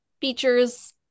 features